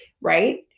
right